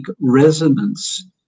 resonance